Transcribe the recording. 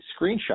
screenshot